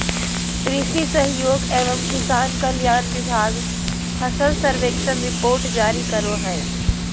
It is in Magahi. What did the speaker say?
कृषि सहयोग एवं किसान कल्याण विभाग फसल सर्वेक्षण रिपोर्ट जारी करो हय